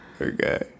Okay